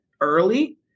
early